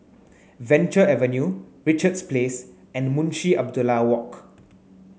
Venture Avenue Richards Place and Munshi Abdullah Walk